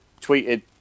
tweeted